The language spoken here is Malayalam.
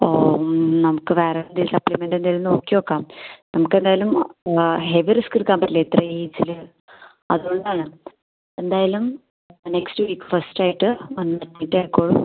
ആ നമുക്ക് വാറണ്ടി സപ്ലിമെൻറ്റിൻ്റെ ഏതെങ്കിലും നോക്കിനോക്കാം നമുക്ക് എന്തായാലും ഹെവി റിസ്ക് എടുക്കാൻ പറ്റില്ല ഇത്ര ഏജിൽ അതുകൊണ്ടാണ് എന്തായാലും നെക്സ്റ്റ് വീക്ക് ഫസ്റ്റ് ആയിട്ട് വന്ന് അഡ്മിറ്റ് ആയിക്കോളൂ